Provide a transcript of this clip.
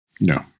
No